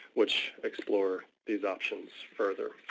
which explore these options further.